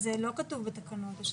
זה לא קשור לתקנות.